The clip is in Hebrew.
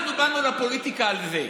אנחנו באנו לפוליטיקה על זה.